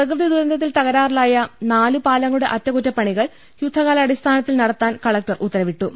പ്രകൃതി ദുരന്തത്തിൽ തകരാറിലായ നാല് പാലങ്ങളുടെ അറ്റകുറ്റപ്പണികൾ യുദ്ധകാലാടിസ്ഥാനത്തിൽ നടത്താനും കലക്ടർ ഉത്തരവിട്ടു